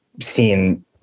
seen